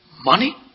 money